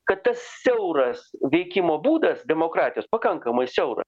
kad tas siauras veikimo būdas demokratijos pakankamai siaura